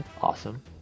Awesome